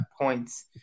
points